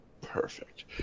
Perfect